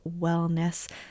wellness